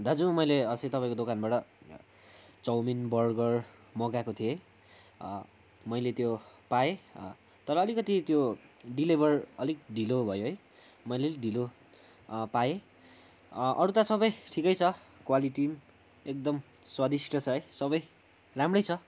दाजु मैले अस्ति तपाईँको दोकानबाट चौमिन बर्गर मगाएको थिएँ मैले त्यो पाएँ तर अलिकति त्यो डेलिभर अलिक ढिलो भयो है मैले अलिक ढिलो पाएँ अरू त सबै ठिकै छ क्वालिटी पनि एकदम स्वादिष्ट छ है सबै राम्रै छ